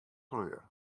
kleur